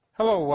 Hello